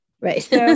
right